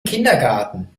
kindergarten